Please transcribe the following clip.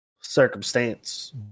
circumstance